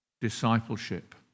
discipleship